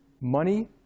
money